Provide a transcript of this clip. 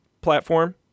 platform